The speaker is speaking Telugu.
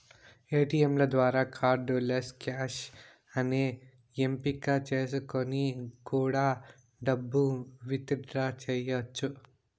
ఏటీయంల ద్వారా కార్డ్ లెస్ క్యాష్ అనే ఎంపిక చేసుకొని కూడా డబ్బు విత్ డ్రా చెయ్యచ్చు